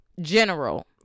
General